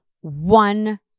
one